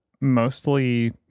mostly